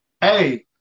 Hey